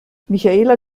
michaela